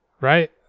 right